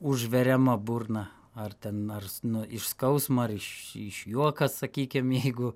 užveriama burna ar ten nars nu iš skausmo ar iš iš juoka sakykim jeigu